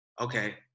okay